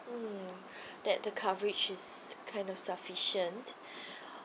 mm that the coverage is kind of sufficient